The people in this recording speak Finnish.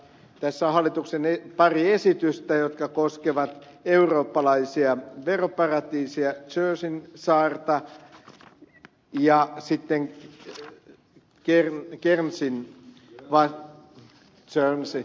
tässä on pari hallituksen esitystä jotka koskevat eurooppalaisia veroparatiiseja jerseyn saarta ja sitten kerma ja sen vanha söisi